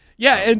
yeah. and